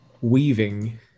weaving